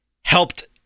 helped